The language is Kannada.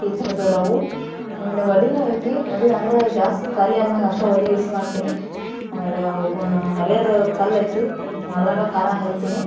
ಈ ಥರದ್ದು ಇದಾವೆ ಆಮೇಲೆ ಒಲೆನೂ ಐತಿ ಒಲೆ ಅಂದ್ರೆ ಗ್ಯಾಸ್ ಖಾಲಿ ಆದ ಮ್ಯಾಲ ಅಷ್ಟೇ ಒಲೆ ಯೂಸ್ ಮಾಡ್ತೀನಿ ಆಮೇಲೆ ಗು ಅರ್ಯದು ಕಲ್ಲು ಐತಿ ಅದ್ರಾಗೆ ಖಾರ ಅರೀತೀನಿ